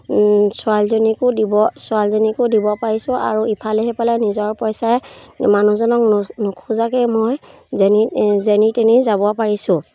ছোৱালীজনীকো দিব ছোৱালীজনীকো দিব পাৰিছোঁ আৰু ইফালে সিফালে নিজৰ পইচাই মানুহজনক নোখোজাকৈ মই যেনি যেনি তেনি যাব পাৰিছোঁ